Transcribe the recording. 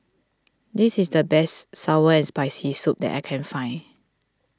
this is the best Sour and Spicy Soup that I can find